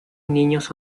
niños